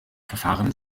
verfahren